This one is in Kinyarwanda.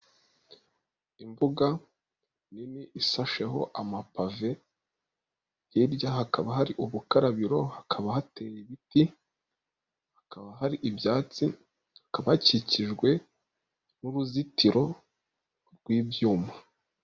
Imbuga nini isasheho amapave, hirya hakaba hari ubukarabiro, hakaba hateye ibiti, hakaba hari ibyatsi, hakaba hakikijwe n'uruzitiro rw'ibyuma.